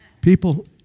People